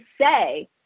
say